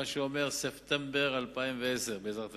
מה שאומר ספטמבר 2010, בעזרת השם.